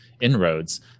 inroads